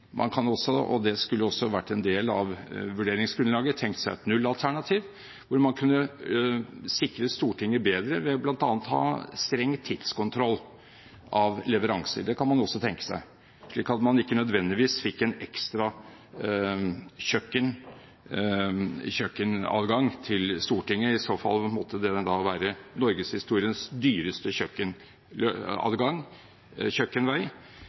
Det skulle også vært en del av vurderingsgrunnlaget at man kunne tenkt seg et nullalternativ, hvor man kunne sikret Stortinget bedre ved bl.a. å ha streng tidskontroll av leveranser – det kunne man også tenkt seg, slik at man ikke nødvendigvis fikk en ekstra kjøkkenadgang til Stortinget. I så fall må den være norgeshistoriens dyreste